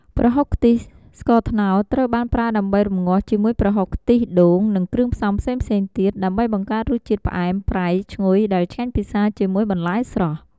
ប្រហុកខ្ទិះ ស្ករត្នោតត្រូវបានប្រើដើម្បីរំងាស់ជាមួយប្រហុក ខ្ទិះដូង និងគ្រឿងផ្សំផ្សេងៗទៀត ដើម្បីបង្កើតរសជាតិផ្អែម ប្រៃ ឈ្ងុយ ដែលឆ្ងាញ់ពិសាជាមួយបន្លែស្រស់។